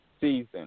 season